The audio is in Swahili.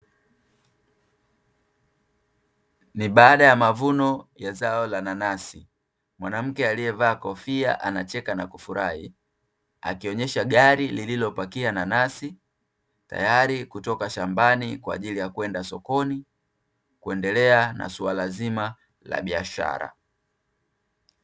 Ni baada ya mavuno la zao la nanasi; mwanamke aliyevaa kofia anacheka na kufurahi, akionyesha gari lililopakia nanasi tayari kutoka shambani kwa ajili ya kwenda sokoni kuendelea na suala zima la biashara.